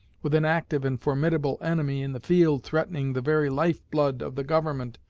with an active and formidable enemy in the field threatening the very life-blood of the government,